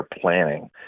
planning